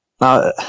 now